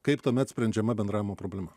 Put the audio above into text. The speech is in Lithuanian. kaip tuomet sprendžiama bendravimo problema